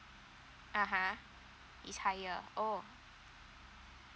uh !huh! it's higher oh